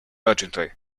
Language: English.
urgently